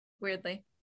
weirdly